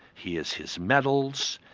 here's his medals,